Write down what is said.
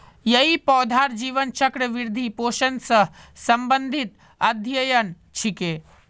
यई पौधार जीवन चक्र, वृद्धि, पोषण स संबंधित अध्ययन छिके